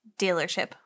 dealership